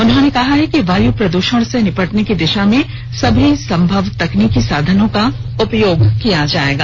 उन्होंने कहा है कि वायू प्रद्रषण से निपटने की दिशा में सभी संभव तकनीकी साधनों का उपयोग किया जाएगा